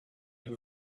have